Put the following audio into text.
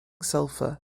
sulfur